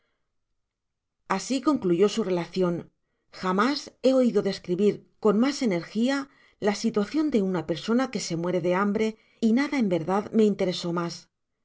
asi concluyó su relacion jamás he oido describrir con mas energia la situacion de una persona que so muere de hambre y nada en verdad me interesó mas